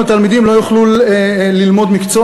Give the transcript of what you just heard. במובן של מלאכה ועבודה?